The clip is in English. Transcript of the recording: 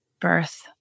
birth